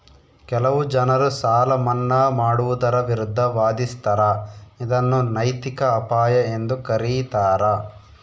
ಕೆಲವು ಜನರು ಸಾಲ ಮನ್ನಾ ಮಾಡುವುದರ ವಿರುದ್ಧ ವಾದಿಸ್ತರ ಇದನ್ನು ನೈತಿಕ ಅಪಾಯ ಎಂದು ಕರೀತಾರ